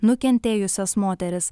nukentėjusias moteris